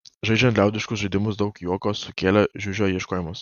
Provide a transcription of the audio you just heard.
žaidžiant liaudiškus žaidimus daug juoko sukėlė žiužio ieškojimas